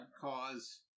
cause